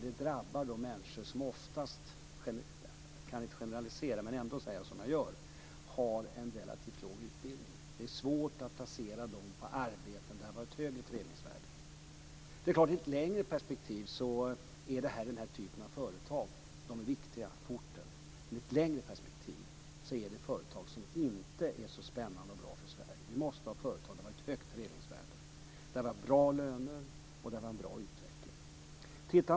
Det drabbar då ofta människor - jag kan inte generalisera, men jag säger ändå som jag gör - som har relativt låg utbildning. Det är svårt att placera dem i arbeten med ett högre förädlingsvärde. I ett perspektiv är den typen av företag viktiga för orten, men i ett längre perspektiv är de företagen inte spännande och bra för Sverige. Vi måste ha företag med ett högt förädlingsvärde där det finns bra löner och en bra utveckling.